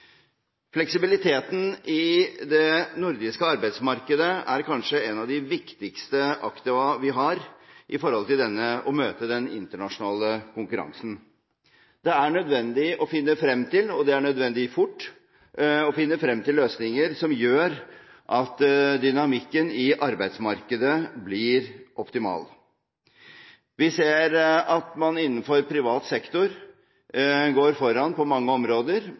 Fleksibiliteten i det nordiske arbeidsmarkedet er kanskje av de viktigste aktiva vi har med tanke på å møte den internasjonale konkurransen. Det er nødvendig – og det er nødvendig fort – å finne frem til løsninger som gjør at dynamikken i arbeidsmarkedet blir optimal. Vi ser at man innenfor privat sektor går foran på mange områder.